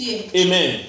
Amen